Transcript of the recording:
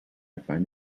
find